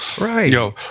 Right